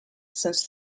since